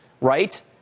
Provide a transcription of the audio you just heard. right